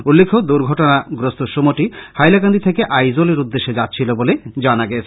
উল্লেখ্য দূর্ঘটনাগ্রস্থ সুমোটি হাইলাকান্দি থেকে আইজলের উদেশ্যে যাচ্ছিল বলে জানা গেছে